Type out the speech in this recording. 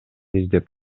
издеп